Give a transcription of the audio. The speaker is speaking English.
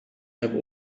have